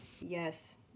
Yes